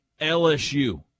LSU